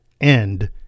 end